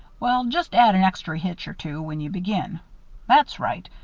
well, just add an extry hitch or two when you begin that's right.